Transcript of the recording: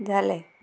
जालें